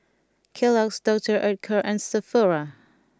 Kellogg's Doctor Oetker and Sephora